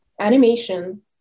animation